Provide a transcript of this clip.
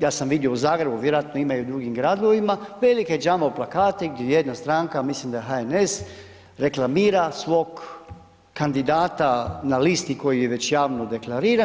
ja sam vidio u Zagrebu, vjerojatno ima u drugim gradovima, velike jumbo plakate di jedna stranka, mislim da HNS reklamira svog kandidata na listi koji je već javno deklariran.